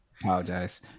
Apologize